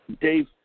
Dave